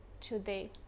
today